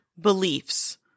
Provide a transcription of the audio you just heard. beliefs